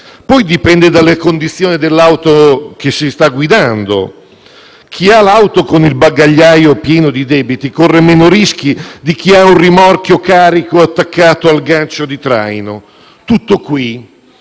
Poi, dipende dalle condizioni dell'auto che si sta guidando. Chi ha l'auto con il bagagliaio pieno di debiti corre meno rischi di chi i debiti li ha in un rimorchio carico attaccato al gancio di traino. Tutto qui.